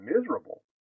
miserable